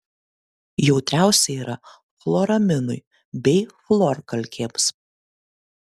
jautriausia yra chloraminui bei chlorkalkėms